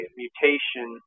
mutation